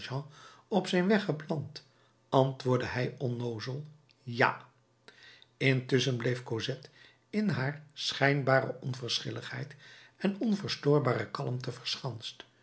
op zijn weg geplant antwoordde hij onnoozel ja intusschen bleef cosette in haar schijnbare onverschilligheid en onverstoorbare kalmte verschanst